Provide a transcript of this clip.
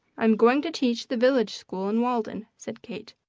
i am going to teach the village school in walden, said kate.